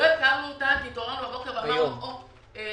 לא הקמנו אותה כי התעוררנו בבוקר ואמרנו בא לנו.